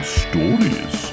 stories